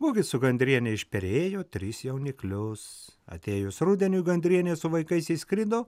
gugis su gandriene išperėjo tris jauniklius atėjus rudeniui gandrinė su vaikais išskrido